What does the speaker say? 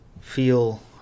feel